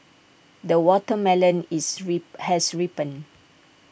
the watermelon is re has ripened